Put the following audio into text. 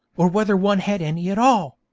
or whether one had any at all.